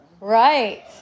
Right